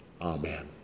Amen